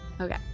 Okay